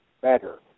better